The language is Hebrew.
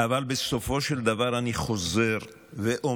אבל בסופו של דבר, אני חוזר ואומר: